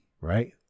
Right